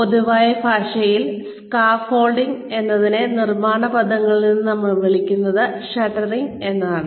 പൊതുവായ ഭാഷയിൽ സ്കാഫോൾഡിംഗ് എന്നതിനെ നിർമ്മാണ പദങ്ങളിൽ നമ്മൾ വിളിക്കുന്നത് ഷട്ടറിംഗ് എന്നാണ്